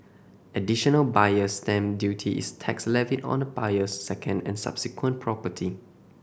Additional Buyer's Stamp Duty is tax levied on a buyer's second and subsequent property